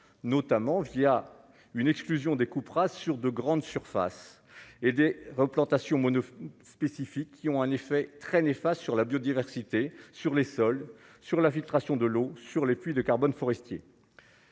notamment via une exclusion des coupera sur de grandes surfaces et de vos plantations mono spécifiques qui ont un effet très néfastes sur la biodiversité sur les sols sur la filtration de l'eau sur les puits de carbone forestier.